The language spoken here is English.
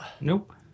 Nope